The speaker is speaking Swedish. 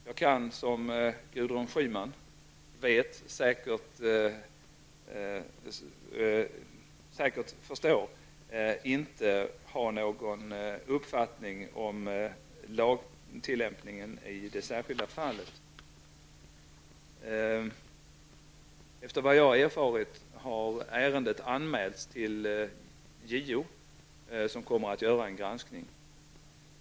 Jag kan, som Gudrun Schyman säkert förstår, inte ha någon uppfattning om lagtillämpningen i det särskilda fallet. Efter vad jag erfarit har ärendet anmälts till JO, som kommer att göra en granskning.